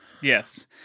Yes